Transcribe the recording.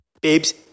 babes